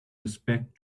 respect